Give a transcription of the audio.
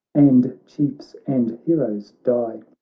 and chiefs and heroes die.